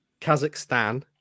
kazakhstan